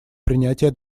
принятия